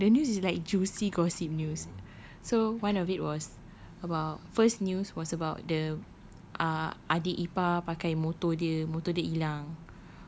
no the news is like juicy gossip news so one of it was about first news was about the err adik ipar pakai motor dia motor dia hilang